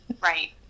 Right